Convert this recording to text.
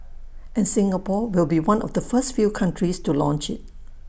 and Singapore will be one of the first few countries to launch IT